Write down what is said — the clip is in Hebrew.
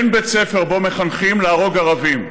אין בית ספר שבו מחנכים להרוג ערבים.